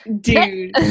Dude